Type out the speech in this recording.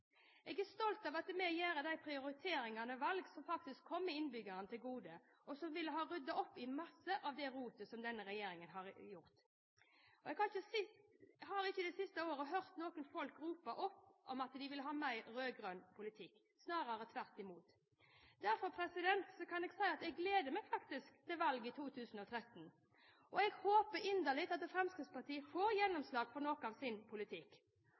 Jeg er stolt av Fremskrittspartiets budsjett. Jeg er stolt av at vi gjør de prioriteringer og valg som faktisk kommer innbyggerne til gode, og som ville ha ryddet opp i masse av det rotet som denne regjeringen har skapt. Jeg har ikke det siste året hørt noen rope opp om at de vil ha mer rød-grønn politikk, snarere tvert imot. Derfor kan jeg si at jeg faktisk gleder meg til valget i 2013, og jeg håper inderlig at Fremskrittspartiet får gjennomslag for noe av sin politikk.